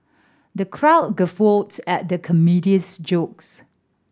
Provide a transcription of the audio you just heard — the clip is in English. the crowd guffawed at the comedian's jokes